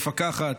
מפקחת,